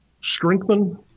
strengthen